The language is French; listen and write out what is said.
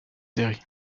série